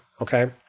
okay